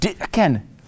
again